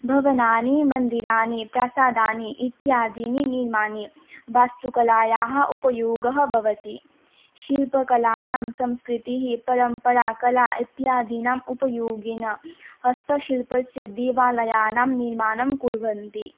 भवनानि मन्दिराणि प्रासादानि इत्यादीनि निर्माणे वास्तुकलायाः उपयोगः भवति शिल्पकलायां संस्कृतिः परम्पराकला इत्यादीनाम् उपयोगेन हस्तशिल्पस्य देवालयानां निर्माणं कुर्वन्ति